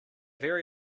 very